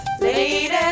Lady